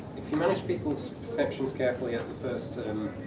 if you manage people's perceptions carefully at the first,